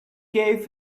gave